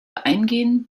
eingehen